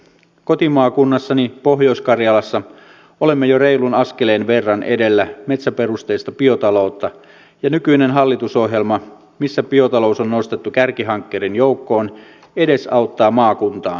kotimaakunnassani pohjois karjalassa olemme jo reilun askeleen verran edellä metsäperusteista biotaloutta ja nykyinen hallitusohjelma missä biotalous on nostettu kärkihankkeiden joukkoon edesauttaa maakuntaani